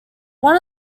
one